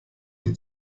die